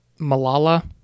Malala